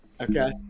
Okay